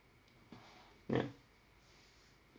ya